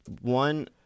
One